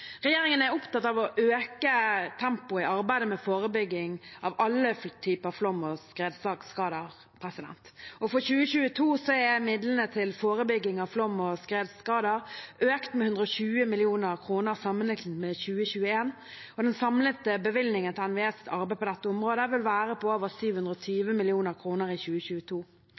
Regjeringen er opptatt av å øke tempoet i arbeidet med forebygging av alle typer flom- og skredskader. For 2022 er midlene til forebygging av flom- og skredskader økt med 120 mill. kr sammenlignet med 2021, og den samlede bevilgningen til NVEs arbeid på dette området vil være på over 720 mill. kr i 2022.